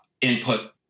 input